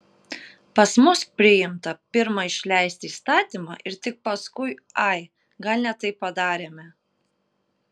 pas mus priimta pirma išleisti įstatymą ir tik paskui ai gal ne taip padarėme